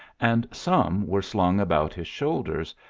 and some were slung about his shoulders,